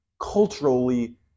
culturally